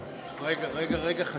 רגע, רגע, רגע.